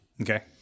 Okay